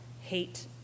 hate